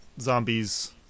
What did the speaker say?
zombies